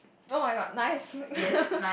oh-my-god nice